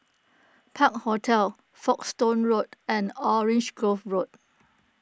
Park Hotel Folkestone Road and Orange Grove Road